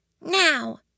Now